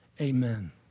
Amen